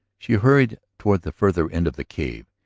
she hurried toward the farther end of the cave,